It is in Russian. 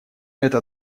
это